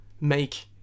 make